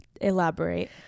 Elaborate